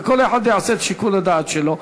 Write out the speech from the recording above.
וכל אחד יעשה את שיקול הדעת שלו.